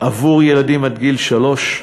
עבור ילדים עד גיל שלוש.